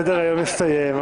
סדר-היום הסתיים.